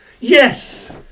Yes